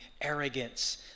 arrogance